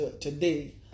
today